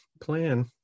plan